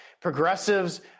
progressives